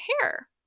hair